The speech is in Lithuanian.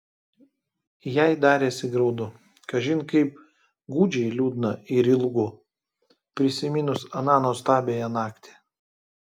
jai darėsi graudu kažin kaip gūdžiai liūdna ir ilgu prisiminus aną nuostabiąją naktį